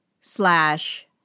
slash